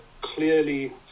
clearly